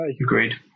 Agreed